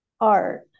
art